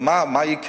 אבל מה יקרה?